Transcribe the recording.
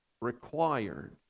required